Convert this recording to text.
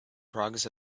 progress